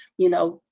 you know,